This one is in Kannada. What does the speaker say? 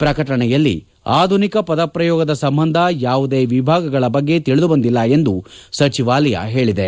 ಪ್ರಕಟಣೆಯಲ್ಲಿ ಆಧುನಿಕ ಪದಪ್ರಯೋಗದ ಸಂಬಂಧ ಯಾವುದೇ ವಿಭಾಗಗಳ ಬಗ್ಗೆ ತಿಳಿದುಬಂದಿಲ್ಲ ಎಂದು ಸಚಿವಾಲಯ ಹೇಳಿದೆ